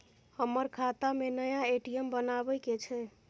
हमर खाता में नया ए.टी.एम बनाबै के छै?